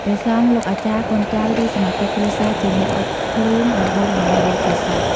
ព្រះសង្ឃ លោកអាចារ្យ កូនចៅ ឬសមាជិកគ្រួសារជាអ្នកអុជភ្លើងដំបូងដើម្បីបូជាសព។